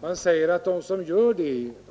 Man säger att de som